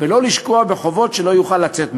ולא לשקוע בחובות שלא יוכל לצאת מהם.